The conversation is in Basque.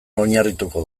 oinarrituko